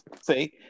see